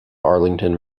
arlington